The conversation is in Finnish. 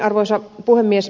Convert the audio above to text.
arvoisa puhemies